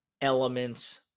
elements